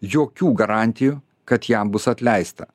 jokių garantijų kad jam bus atleista